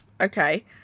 okay